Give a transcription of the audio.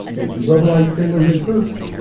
they had demobilized ten million troops,